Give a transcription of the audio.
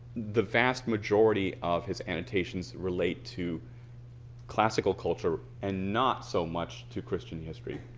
the vast majority of his annotations relate to classical culture and not so much to christian history.